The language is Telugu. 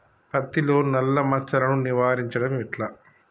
పత్తిలో నల్లా మచ్చలను నివారించడం ఎట్లా?